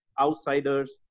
outsiders